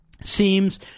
seems